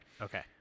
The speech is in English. Okay